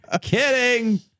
kidding